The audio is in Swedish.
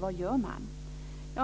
Vad gör man?